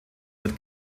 wird